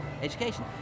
education